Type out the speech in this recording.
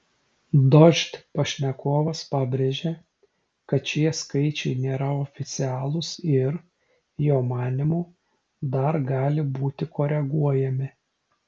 dožd pašnekovas pabrėžė kad šie skaičiai nėra oficialūs ir jo manymu dar gali būti koreguojami